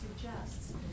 suggests